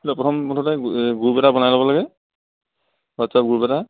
প্ৰথম মুঠতে গ্ৰুপ এটা বনাই ল'ব লাগে হোৱাটছ এপ গ্ৰুপ এটা